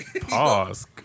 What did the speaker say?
Pause